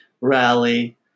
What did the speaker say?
rally